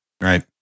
Right